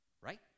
Right